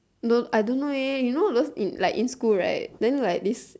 no I don't know eh you know those in like in school right then like this